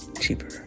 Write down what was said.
cheaper